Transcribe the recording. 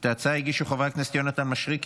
את ההצעה הגישו חברי הכנסת יונתן משריקי,